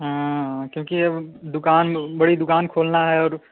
क्योंकि अब दुकान बड़ी दुकान खोलना है और